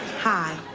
hi,